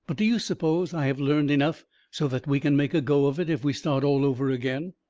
but do you suppose i have learned enough so that we can make a go of it if we start all over again?